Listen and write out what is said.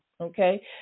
Okay